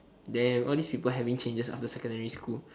damn all these people having changes after secondary school